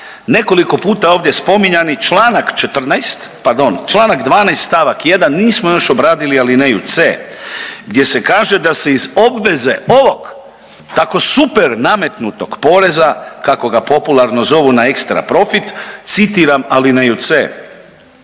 nekoliko puta ovdje spominjani članak 14., pardon članak 12. stavak 1. nismo još obradili alineju c)gdje se kaže da se iz obveze ovog tako super nametnutog poreza kako ga popularno zovu na ekstra profit citiram, alineju c)